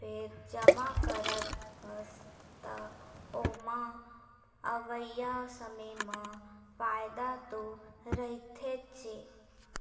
फेर जमा करत हस, त ओमा अवइया समे म फायदा तो रहिथेच्चे